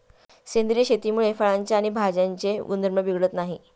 सेंद्रिय शेतीमुळे फळांचे आणि भाज्यांचे गुणधर्म बिघडत नाहीत